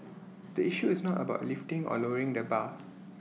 the issue is not about lifting or lowering the bar